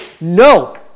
no